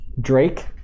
Drake